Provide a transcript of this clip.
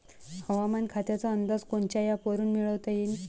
हवामान खात्याचा अंदाज कोनच्या ॲपवरुन मिळवता येईन?